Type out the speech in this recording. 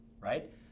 right